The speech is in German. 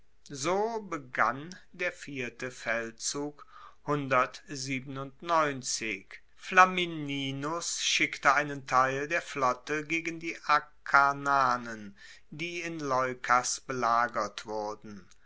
so begann der vierte feldzug flamininus schickte einen teil der flotte gegen die akarnanen die in leukas belagert wurden